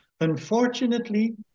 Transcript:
Unfortunately